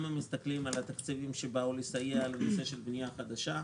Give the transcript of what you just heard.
גם אם מסתכלים על התקציבים שבאו לסייע לנושא של בנייה חדשה,